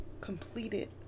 completed